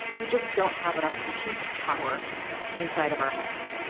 we just don't have enough compute power inside of our heads.